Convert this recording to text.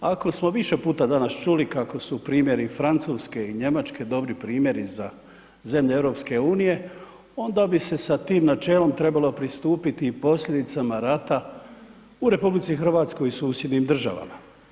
Ako smo više puta danas čuli kako su primjeri Francuske i Njemačke dobri primjeri za zemlje Europske unije, onda bi se sa tim načelom trebalo pristupiti i posljedicama rata u Republici Hrvatskoj i susjednim državama.